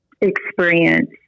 experience